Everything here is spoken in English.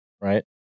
right